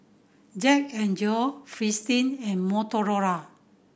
Jack N Jill Fristine and Motorola